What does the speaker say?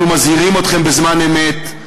אנחנו מזהירים אתכם בזמן אמת,